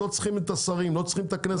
לא צריכים את השרים ולא צריכים את הכנסת,